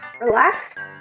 relax